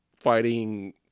fighting